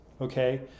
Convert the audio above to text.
okay